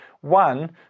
one